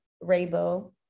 Rainbow